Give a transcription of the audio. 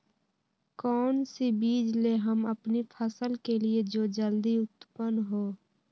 कौन सी बीज ले हम अपनी फसल के लिए जो जल्दी उत्पन हो?